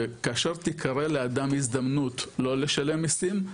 שכאשר תיקרה לאדם הזדמנות לא לשלם מיסים,